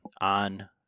on